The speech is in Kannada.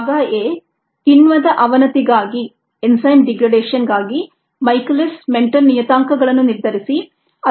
ಭಾಗ a ಕಿಣ್ವದ ಅವನತಿ ಗಾಗಿ ಮೈಕೆಲಿಸ್ ಮೆನ್ಟೆನ್ ನಿಯತಾಂಕಗಳನ್ನು ನಿರ್ಧರಿಸಿ ಅದು ಭಾಗ a